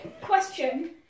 question